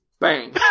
Bang